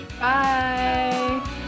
bye